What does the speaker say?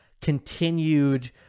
continued